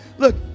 Look